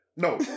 No